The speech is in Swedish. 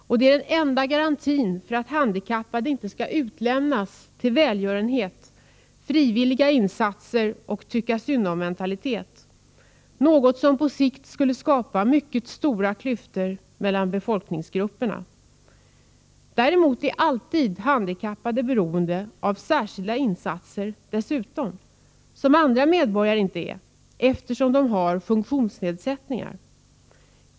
Och den är den enda garantin för att handikappade inte skall utlämnas till välgörenhet, frivilliga insatser och tycka-synd-om-mentalitet, något som på sikt skulle skapa mycket stora klyftor mellan befolkningsgrupperna. Men i motsats till andra medborgare är de handikappade alltid beroende av särskilda insatser, eftersom de har funktionsnedsättningar.